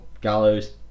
gallows